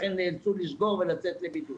לכן נאלצו לסגור ולצאת לבידוד.